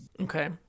Okay